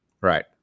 Right